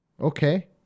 Okay